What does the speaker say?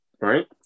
Right